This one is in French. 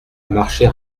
marcher